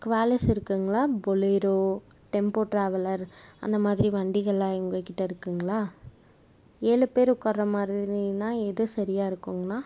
Qualis இருக்குங்களா Bolero tempo traveller அந்த மாதிரி வண்டிகள்லாம் இ உங்கக்கிட்ட இருக்குங்களா ஏழு பேர் உட்கார்ற மாதிரினா எது சரியாக இருக்குங்கணா